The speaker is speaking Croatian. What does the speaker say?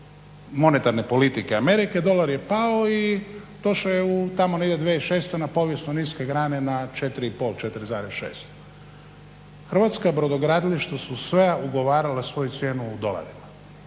monetarne politike Amerike dolar je pao i došao je u tamo negdje 2006. na povijesno niske grane, na 4,5, na 4,6. Hrvatska brodogradilišta su sva ugovarala svoju cijenu u dolarima,